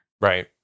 Right